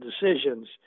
decisions